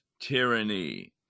tyranny